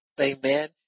amen